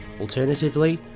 Alternatively